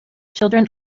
children